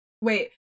wait